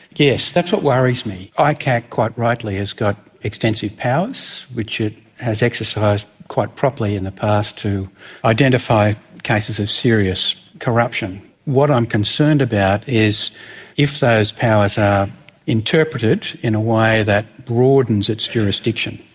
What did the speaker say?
yes, that's what worries me. icac quite rightly has got extensive powers, which it has exercised quite properly in the past to identify cases of serious corruption. what i'm concerned about is if those powers are interpreted in a way that broadens its jurisdiction.